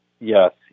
Yes